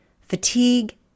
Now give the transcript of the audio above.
fatigue